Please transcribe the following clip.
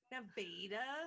Nevada